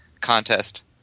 contest